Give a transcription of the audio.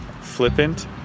flippant